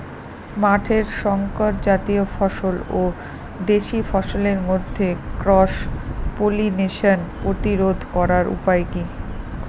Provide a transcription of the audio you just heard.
মাঠের শংকর জাতীয় ফসল ও দেশি ফসলের মধ্যে ক্রস পলিনেশন প্রতিরোধ করার উপায় কি?